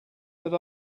but